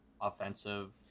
offensive